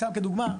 סתם כדוגמא,